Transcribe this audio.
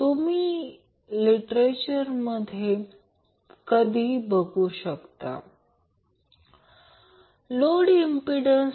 आणि प्रत्यक्षात येथे L1 25 mH आहे